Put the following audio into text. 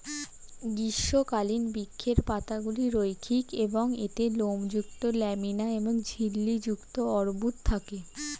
গ্রীষ্মকালীন বৃক্ষের পাতাগুলি রৈখিক এবং এতে লোমযুক্ত ল্যামিনা এবং ঝিল্লি যুক্ত অর্বুদ থাকে